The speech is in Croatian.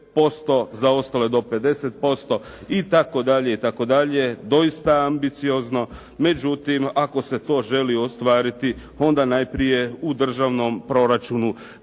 za ostale do 50%, itd., itd. Doista ambiciozno, međutim ako se to želi ostvariti onda najprije u državnom proračunu